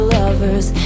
lovers